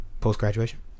post-graduation